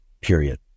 period